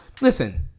listen